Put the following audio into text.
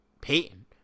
Peyton